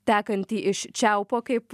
tekantį iš čiaupo kaip